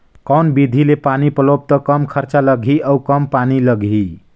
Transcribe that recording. कौन विधि ले पानी पलोबो त कम खरचा लगही अउ कम पानी लगही?